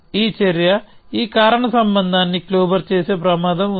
ఈ చర్య ఈ కారణ సంబంధాన్ని క్లోబర్ చేసే ప్రమాదం ఉంది